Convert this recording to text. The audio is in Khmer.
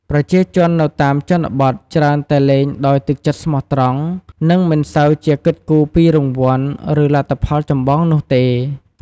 ប្រជាជននៅតាមជនបទច្រើនតែលេងដោយទឹកចិត្តស្មោះត្រង់ និងមិនសូវជាគិតគូរពីរង្វាន់ ឬលទ្ធផលចម្បងនោះទេ។